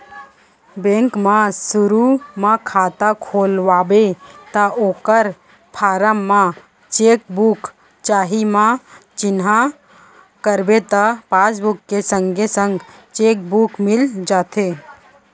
bank म सुरू म खाता खोलवाबे त ओकर फारम म चेक बुक चाही म चिन्हा करबे त पासबुक के संगे संग चेक बुक मिल जाथे